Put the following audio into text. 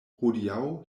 hodiaŭ